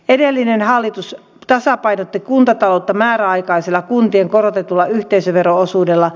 edellinen hallitus tasapainotti kuntataloutta määräaikaisella kuntien korotetulla yhteisövero osuudella